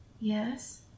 Yes